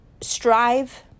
strive